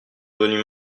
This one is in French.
venus